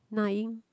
Na-Ying